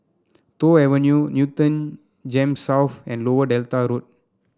Toh Avenue Newton Gems South and Lower Delta Road